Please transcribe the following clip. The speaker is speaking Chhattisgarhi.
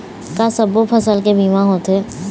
का सब्बो फसल के बीमा होथे?